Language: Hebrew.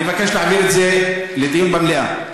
אני מבקש להעביר את זה לדיון במליאה.